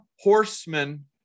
horsemen